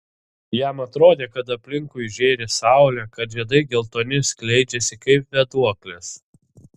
jam atrodė kad aplinkui žėri saulė kad žiedai geltoni skleidžiasi kaip vėduoklės